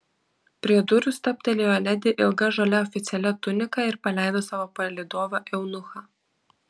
prie durų stabtelėjo ledi ilga žalia oficialia tunika ir paleido savo palydovą eunuchą